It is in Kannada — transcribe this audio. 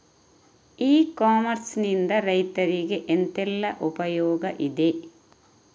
ಇ ಕಾಮರ್ಸ್ ನಿಂದ ರೈತರಿಗೆ ಎಂತೆಲ್ಲ ಉಪಯೋಗ ಇದೆ?